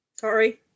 sorry